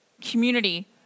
community